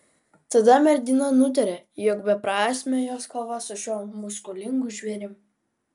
tada mergina nutarė jog beprasmė jos kova su šiuo muskulingu žvėrim